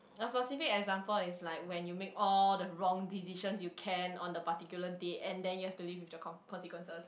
a specific example is like when you make all the wrong decisions you can on the particular date and then you have to live with the con~ consequences